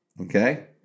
okay